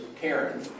Karen